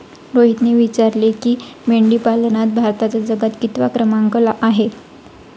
रोहितने विचारले की, मेंढीपालनात भारताचा जगात कितवा क्रमांक आहे?